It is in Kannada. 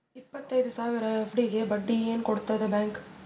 ಇಪ್ಪತ್ತೈದು ಸಾವಿರ ಎಫ್.ಡಿ ಗೆ ಬಡ್ಡಿ ಏನ ಕೊಡತದ ಬ್ಯಾಂಕ್?